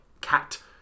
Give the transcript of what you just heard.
cat